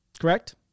Correct